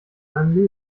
meinem